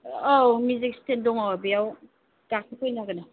औ magic stand दङ बेयाव गाखोफैनांगोन